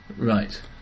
right